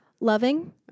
Loving